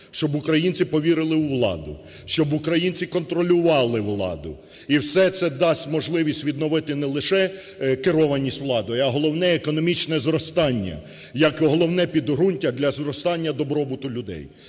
щоб українці повірили у владу, щоб українці контролювали владу. І все це дасть можливість відновити не лише керованість владою, а, головне, економічне зростання як головне підґрунтя для зростання добробуту людей.